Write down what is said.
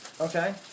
okay